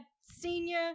senior